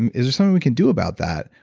and is there something we can do about that?